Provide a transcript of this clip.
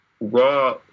Raw